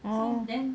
oh